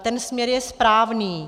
Ten směr je správný.